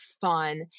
fun